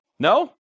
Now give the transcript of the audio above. No